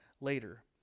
later